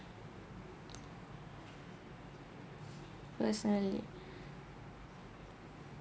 personally